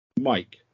Mike